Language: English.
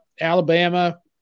Alabama